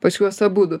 pas juos abudu